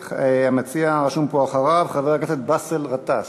המציע הרשום פה אחריו, חבר הכנסת באסל גטאס.